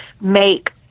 make